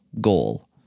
goal